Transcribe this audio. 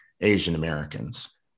Asian-Americans